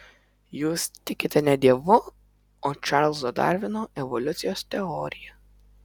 jūs tikite ne dievu o čarlzo darvino evoliucijos teorija